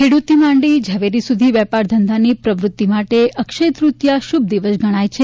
ખેડૂતથી માંડી ઝવેરી સુધીની વેપારધંધાની પ્રવૃત્તિ માટે અક્ષયતૃતિયા શુભદિવસ ગણાય છે